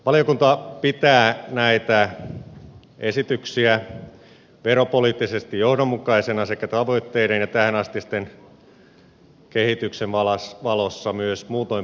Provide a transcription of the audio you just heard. valiokunta pitää näitä esityksiä veropoliittisesti johdonmukaisena sekä tavoitteiden ja tähänastisen kehityksen valossa myös muutoin perusteltuna